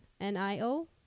N-I-O